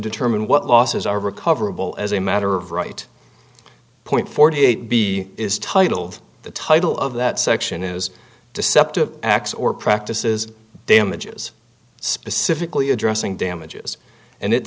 determine what losses are recoverable as a matter of right point forty eight b is titled the title of that section is deceptive acts or practices damages specifically addressing damages and it